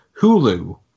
Hulu